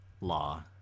law